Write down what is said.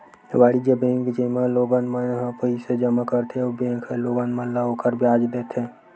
वाणिज्य बेंक, जेमा लोगन मन ह पईसा जमा करथे अउ बेंक ह लोगन मन ल ओखर बियाज देथे